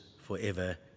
forever